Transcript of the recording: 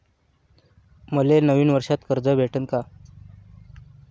मले नवीन वर्षासाठी कर्ज भेटन का?